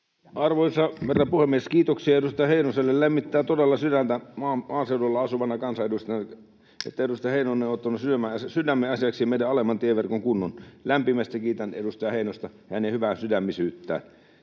Arvoisa herra puhemies! Kiitoksia edustaja Heinoselle. Maaseudulla asuvana kansanedustajana lämmittää todella sydäntä, että edustaja Heinonen on ottanut sydämen asiaksi meidän alemman tieverkon kunnon. Lämpimästi kiitän edustaja Heinosta ja hänen hyväsydämisyyttään.